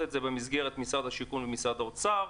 את זה במסגרת משרד השיכון ומשרד האוצר,